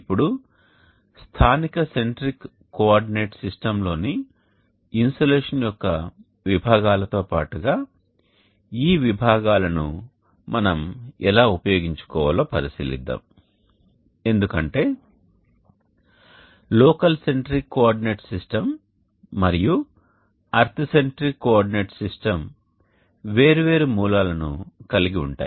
ఇప్పుడు స్థానిక centric coordinate సిస్టమ్లోని ఇన్సోలేషన్ యొక్క విభాగాలతో పాటుగా ఈ విభాగాలను మనం ఎలా ఉపయోగించుకోవాలో పరిశీలిద్దాం ఎందుకంటే లోకల్ సెంట్రిక్ కోఆర్డినేట్ సిస్టమ్ మరియు ఎర్త్ సెంట్రిక్ కోఆర్డినేట్ సిస్టమ్ వేరు వేరు మూలాలను కలిగి ఉంటాయి